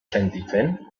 sentitzen